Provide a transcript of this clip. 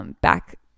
back